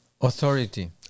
Authority